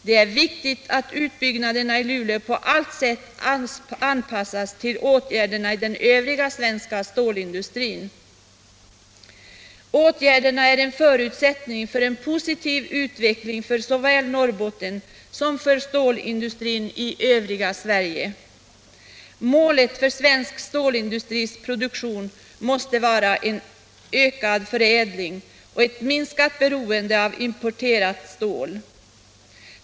Det är viktigt att utbyggnaderna i Luleå på alla sätt anpassas till åtgärderna i den övriga svenska stålindustrin. Åtgärderna är en förutsättning för en positiv utveckling för såväl näringslivet i Norrbotten som stålindustrin i övriga Sverige. Målet för svensk stålindustris produktion måste vara en ökad förädling och ett minskat beroende av importerat stål.